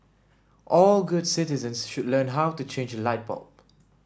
all good citizens should learn how to change a light bulb